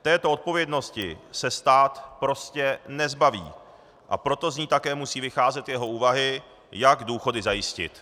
Této odpovědnosti se stát prostě nezbaví, a proto z ní také musí vycházet jeho úvahy, jak důchody zajistit.